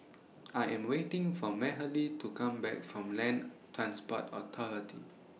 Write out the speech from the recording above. I Am waiting For Mahalie to Come Back from Land Transport Authority